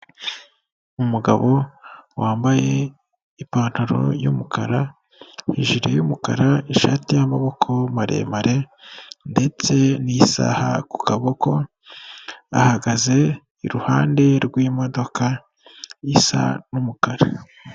Umugabo wambaye ipantaro y'umukara, ijiri y'umukara, ishati y'amaboko maremare ndetse n'isaha ku kaboko, ahagaze iruhande rw'imodoka isa umukara.